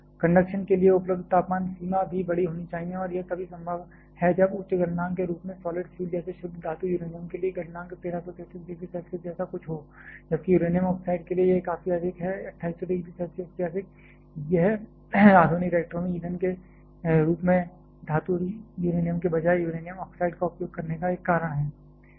conduction के लिए उपलब्ध तापमान सीमा भी बड़ी होनी चाहिए और यह तभी संभव है जब उच्च गलनांक के रूप में सॉलि़ड फ्यूल जैसे शुद्ध धातु यूरेनियम के लिए गलनांक 1133 डिग्री सेल्सियस जैसा कुछ हो जबकि यूरेनियम ऑक्साइड के लिए यह काफी अधिक है 2800 डिग्री सेल्सियस से अधिक यह आधुनिक रिएक्टरों में ईंधन के रूप में धातु यूरेनियम के बजाय यूरेनियम ऑक्साइड का उपयोग करने का एक कारण है